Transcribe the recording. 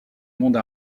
monde